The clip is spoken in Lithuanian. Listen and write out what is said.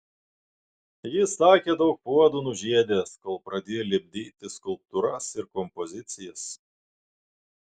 jis sakė daug puodų nužiedęs kol pradėjo lipdyti skulptūras ir kompozicijas